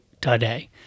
today